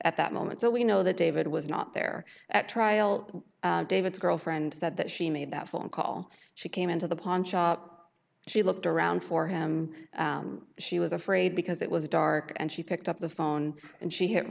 at that moment so we know that david was not there at trial david's girlfriend said that she made that phone call she came into the pawnshop she looked around for him she was afraid because it was dark and she picked up the phone and she hit